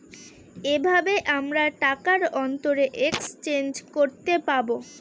এইভাবে আমরা টাকার অন্তরে এক্সচেঞ্জ করতে পাবো